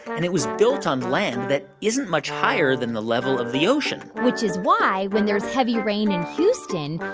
and it was built on land that isn't much higher than the level of the ocean. which is why, when there's heavy rain in houston,